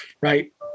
right